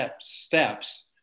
steps